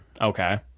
Okay